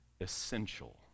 essential